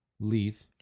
Leave